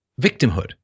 victimhood